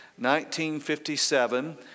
1957